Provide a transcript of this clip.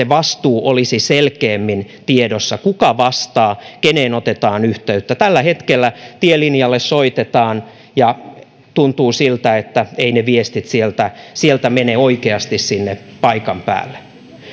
se vastuu olisi selkeämmin tiedossa kuka vastaa keneen otetaan yhteyttä tällä hetkellä tielinjalle soitetaan ja tuntuu siltä että eivät ne viestit sieltä sieltä mene oikeasti sinne paikan päälle